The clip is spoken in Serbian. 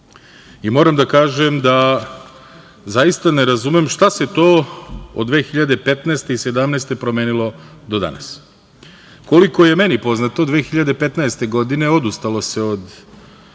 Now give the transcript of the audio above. i moram da kažem da zaista ne razumem šta se to od 2015. i 2017. godine promenilo do danas. Koliko je meni poznato, 2015. godine odustalo se od